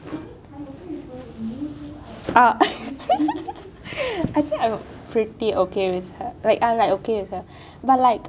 I mean I am okay with her you two and err like but like ~ I think I am pretty okay with her I am like okay with her but like